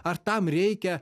ar tam reikia